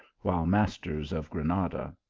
while masters of granada.